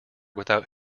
without